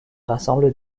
rassemble